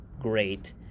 great